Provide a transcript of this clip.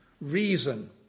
reason